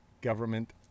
government